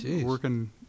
working